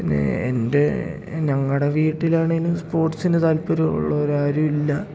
പിന്നെ എൻ്റെ ഞങ്ങളുടെ വീട്ടിലാണെങ്കിലും സ്പോർട്സിന് താല്പര്യം ഉള്ളവരാരും ഇല്ല